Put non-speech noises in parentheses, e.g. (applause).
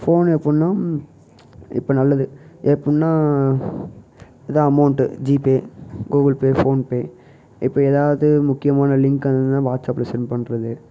phone அப்புடின்னா இப்போ நல்லது எப்புடின்னா இதுதான் amount GPay Google Pay PhonePe இப்போ எதாவது முக்கியமான லிங்க் (unintelligible) வாட்ஸ் ஆப்ல சென்ட் பண்ணுறது